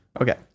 Okay